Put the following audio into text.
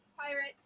pirates